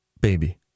baby